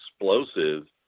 explosive